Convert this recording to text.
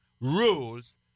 rules